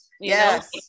yes